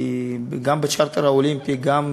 כי גם בצ'רטר האולימפי, גם